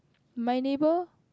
my neighbour